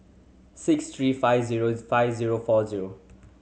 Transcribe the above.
six three five zero five zero four zero